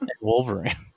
Wolverine